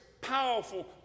powerful